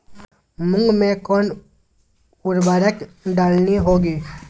मूंग में कौन उर्वरक डालनी होगी?